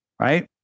right